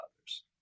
others